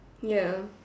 ya